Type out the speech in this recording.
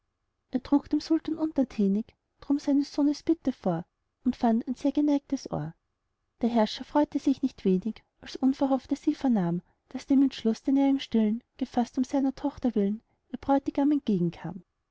er trug dem sultan untertänig drum seines sohnes bitte vor und fand ein sehr geneigtes ohr der herrscher freute sich nicht wenig als unverhofft er sie vernahm daß dem entschluß den er im stillen gefaßt um seiner tochter willen ihr bräutigam entgegenkam